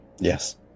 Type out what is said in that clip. Yes